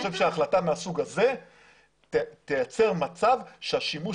אני חושב שהחלטה מהסוג הזה תייצר מצב שהשימוש